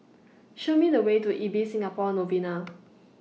Show Me The Way to Ibis Singapore Novena